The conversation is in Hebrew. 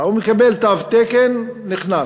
הוא מקבל תו תקן, נכנס.